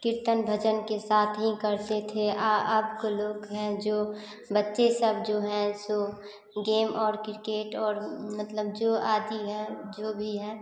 कीर्तन भजन के साथ ही करते थे और अब के लोग हैं जो बच्चे सब जो हैं सो गेम और किरकेट और मतलब जो आदि हैं जो भी हैं